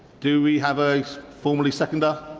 do we have a formerly seconder?